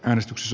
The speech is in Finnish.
äänestys